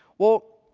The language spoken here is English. well,